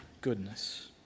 goodness